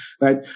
Right